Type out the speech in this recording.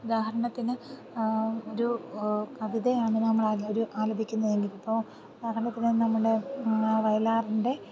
ഉദാഹരണത്തിന് ഒരു കവിതയാണ് നമ്മൾ ഒരു ആലപിക്കുന്നതെങ്കിൽ ഇപ്പോൾ നമ്മുടെ വയലാറിൻ്റെ